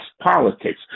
politics